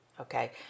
okay